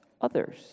others